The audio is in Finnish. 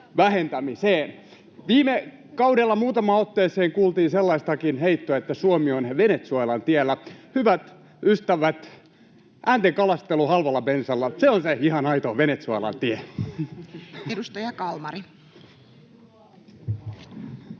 Viime kaudella muutamaan otteeseen kuultiin sellaistakin heittoa, että Suomi on Venezuelan tiellä. Hyvät ystävät, äänten kalastelu halvalla bensalla, se on se ihan aito Venezuelan tie. [Riikka Purra: